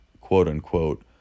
quote-unquote